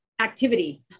activity